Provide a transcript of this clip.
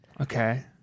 Okay